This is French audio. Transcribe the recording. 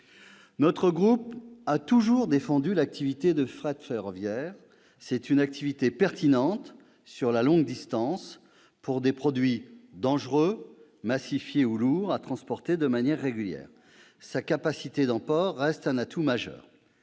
Notre groupe a toujours défendu l'activité du fret ferroviaire. C'est une activité pertinente sur la longue distance pour des produits dangereux, massifiés ou lourds à transporter de manière régulière. Sa capacité d'emport reste un atout majeur.